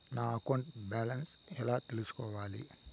నా account balance ఎలా తెల్సుకోవాలి